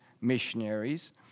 missionaries